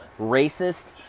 racist